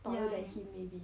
taller than him maybe